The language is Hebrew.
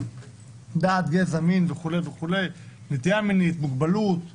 גזע, מין, נטייה מינית, מוגבלות וכו'.